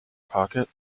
pocket